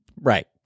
Right